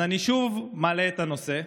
אז אני שוב מעלה את הנושא,